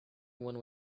one